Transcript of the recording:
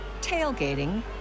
tailgating